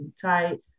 tight